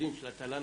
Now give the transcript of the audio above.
הלימודים של התל"ן